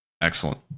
Excellent